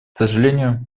сожалению